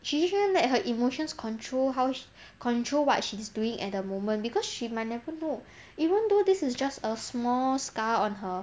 she shouldn't let her emotions control how control what she's doing at the moment because she might never know even though this is just a small scar on her